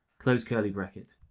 closed curly bracket.